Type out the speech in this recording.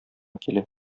килә